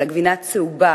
של הגבינה הצהובה,